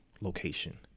location